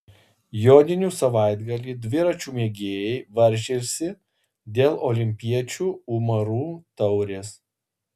joninių savaitgalį dviračių mėgėjai varžėsi dėl olimpiečių umarų taurės